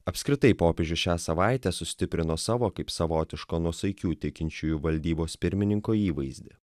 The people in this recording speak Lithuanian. apskritai popiežius šią savaitę sustiprino savo kaip savotiško nuosaikių tikinčiųjų valdybos pirmininko įvaizdį